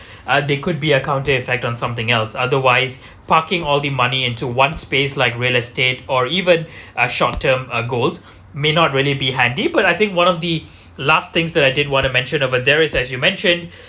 ah that could be a counter effect on something else otherwise parking all the money into one space like real estate or even uh short term uh goals may not really be handy but I think one of the last things that I did what I mention over there is as you mentioned